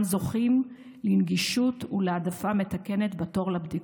זוכים לנגישות ולהעדפה מתקנת בתור לבדיקות.